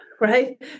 right